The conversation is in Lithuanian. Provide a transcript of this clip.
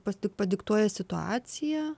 pati padiktuoja situacija